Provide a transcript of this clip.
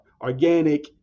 organic